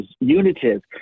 unitive